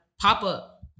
pop-up